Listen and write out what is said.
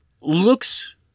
looks